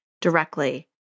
directly